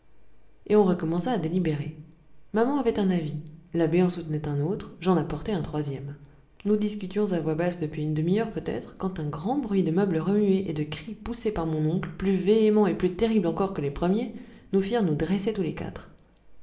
et on recommença à délibérer maman avait un avis l'abbé en soutenait un autre j'en apportais un troisième nous discutions à voix basse depuis une demi-heure peut-être quand un grand bruit de meubles remués et des cris poussés par mon oncle plus véhéments et plus terribles encore que les premiers nous firent nous dresser tous les quatre